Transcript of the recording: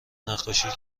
نقاشی